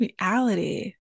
Reality